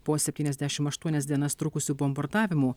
po septyniasdešimt aštuonias dienas trukusių bombardavimų